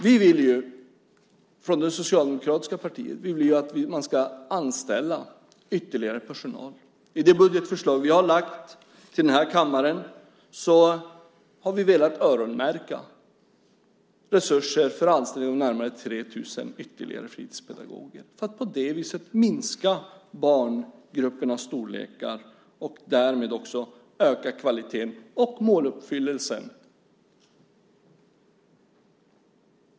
Vi i det socialdemokratiska partiet vill att man ska anställa ytterligare personal. I det budgetförslag som vi har lagt fram i kammaren har vi velat öronmärka resurser för anställning av närmare 3 000 fritidspedagoger till, för att på det viset minska barngruppernas storlek och därmed öka kvaliteten och måluppfyllelsen.